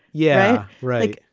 yeah, right.